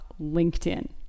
LinkedIn